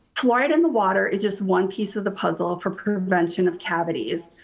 fluoride in the water is just one piece of the puzzle for prevention of cavities.